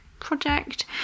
project